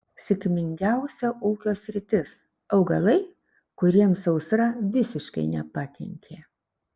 sėkmingiausia ūkio sritis augalai kuriems sausra visiškai nepakenkė